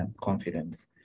confidence